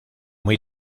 muy